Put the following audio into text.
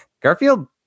Garfield